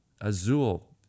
Azul